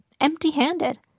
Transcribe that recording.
empty-handed